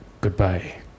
Goodbye